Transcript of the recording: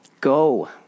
Go